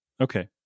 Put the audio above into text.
Okay